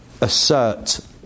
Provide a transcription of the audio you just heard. assert